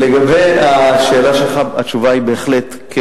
לגבי השאלה שלך, התשובה היא בהחלט כן.